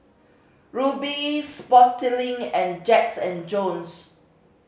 Rubi Sportslink and Jacks and Jones